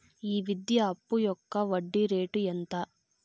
ఈ విద్యా అప్పు యొక్క వడ్డీ రేటు ఎంత?